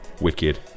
Wicked